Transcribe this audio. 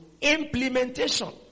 implementation